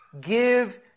Give